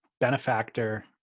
benefactor